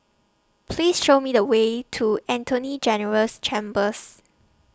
Please Show Me The Way to Attorney General's Chambers